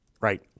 Right